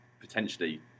potentially